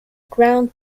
ground